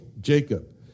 Jacob